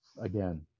again